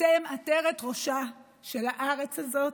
אתם עטרת ראשה של הארץ הזאת,